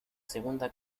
segunda